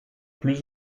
plus